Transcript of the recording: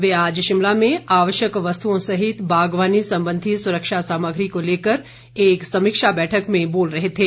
वे आज शिमला में आवश्यक वस्तुओं सहित बागवानी संबंधी सुरक्षा सामग्री को लेकर एक समीक्षा बैठक में बोल रहे थे